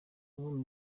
bamwe